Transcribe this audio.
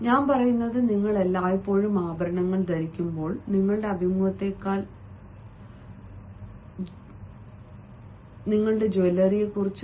ഞാൻ പറയുന്നത് നിങ്ങൾ എല്ലായ്പ്പോഴും ആഭരണങ്ങൾ ധരിക്കുമ്പോൾ നിങ്ങളുടെ അഭിമുഖത്തെക്കാൾ ജ്വല്ലറിയെക്കുറിച്ചാണ്